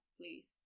please